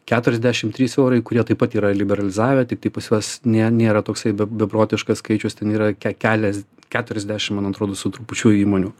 keturiasdešim trys eurai kurie taip pat yra liberalizavę tiktai pas juos nė nėra toksai be beprotiškas skaičius ten yra ke kelias keturiasdešim man atrodo su trupučiu įmonių